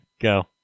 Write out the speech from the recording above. Go